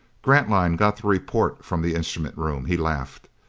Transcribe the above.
grantline got the report from the instrument room. he laughed.